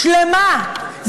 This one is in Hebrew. שלמה,